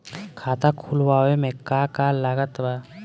खाता खुलावे मे का का लागत बा?